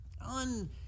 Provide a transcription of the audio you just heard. un